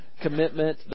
commitment